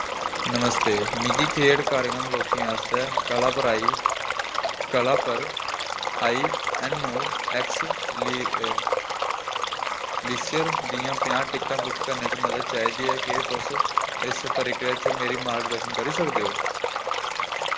नमस्ते मिगी खेढ कार्यक्रम लोकें आस्तै कला पर I N O X leisure दियां पंजाह् टिकटां बुक करने च मदद चाहिदी ऐ केह् तुस इस प्रक्रिया च मेरा मार्गदर्शन करी सकदे ओ